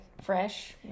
Fresh